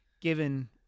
given